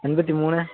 எண்பத்தி மூணு